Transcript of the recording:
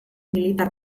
militar